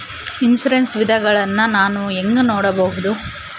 Insurance ವಿಧಗಳನ್ನ ನಾನು ಹೆಂಗ ನೋಡಬಹುದು?